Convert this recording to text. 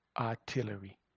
artillery